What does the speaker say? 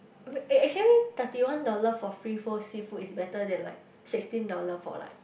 eh actually thirty one dollar for free flow seafood is better than like sixteen dollar for like